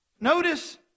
Notice